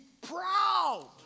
proud